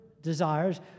desires